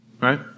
Right